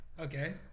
okay